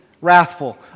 wrathful